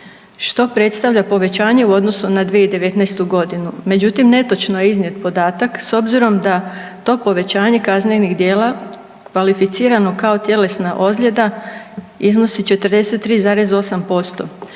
što predstavlja povećanje u odnosu na 2019.g.. Međutim, netočno je iznijet podatak s obzirom da je to povećanje kaznenih djela kvalificirano kao tjelesna ozljeda iznosi 43,8%.